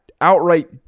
outright